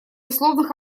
условных